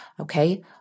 Okay